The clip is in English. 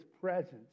presence